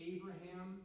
Abraham